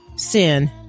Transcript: Sin